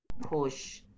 push